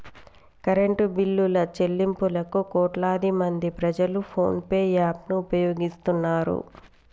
current బిల్లుల చెల్లింపులకు కోట్లాదిమంది ప్రజలు ఫోన్ పే యాప్ ను ఉపయోగిస్తున్నారు